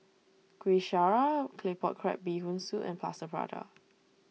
Kuih Syara Claypot Crab Bee Hoon Soup and Plaster Prata